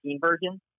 version